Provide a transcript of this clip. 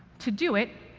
to do it,